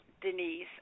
Denise